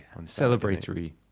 Celebratory